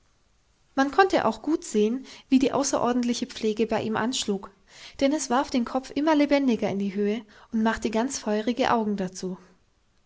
man konnte auch gut sehen wie die außerordentliche pflege bei ihm anschlug denn es warf den kopf immer lebendiger in die höhe und machte ganz feurige augen dazu